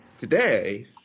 Today